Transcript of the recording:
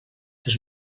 les